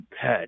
pet